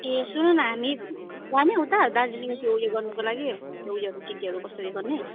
ए सुनन् हामी जाने उत्ता दार्जिलिङ त्यो उ यो गर्नुको लागि उयोहरू के केहरू कसरी गर्ने